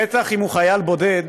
בטח אם הוא חייל בודד,